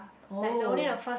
oh